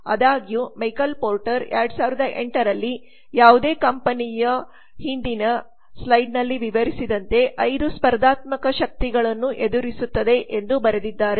ಆದಾಗ್ಯೂ Michael Porter 2008 ರಲ್ಲಿ ಯಾವುದೇ ಕಂಪನಿಯು ಹಿಂದಿನ ಸ್ಲೈಡ್ನಲ್ಲಿ ವಿವರಿಸಿದಂತೆ ಐದು ಸ್ಪರ್ಧಾತ್ಮಕ ಶಕ್ತಿಗಳನ್ನು ಎದುರಿಸುತ್ತಿದೆ ಎಂದು ಬರೆದಿದ್ದಾರೆ